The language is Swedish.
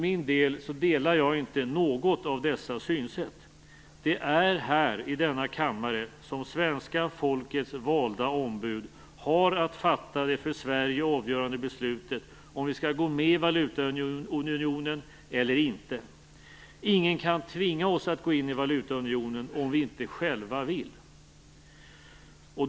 Jag delar inte något av dessa synsätt. Det är här i denna kammare som svenska folkets valda ombud har att fatta det för Sverige avgörande beslutet om vi skall gå med i valutaunionen eller inte. Ingen kan tvinga oss att gå in i valutaunionen om vi inte själva vill.